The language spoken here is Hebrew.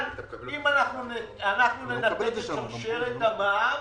אבל אם ננתק את שרשרת המע"מ,